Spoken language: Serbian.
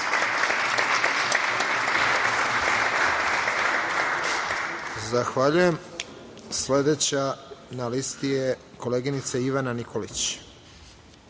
Zahvaljujem. Sledeća na listi je koleginica Ivana